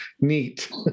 neat